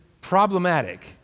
problematic